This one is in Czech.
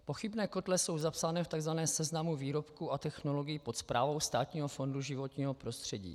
Pochybné kotle jsou zapsány v tzv. seznamu výrobků a technologií pod správou Státního fondu životního prostředí.